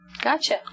Gotcha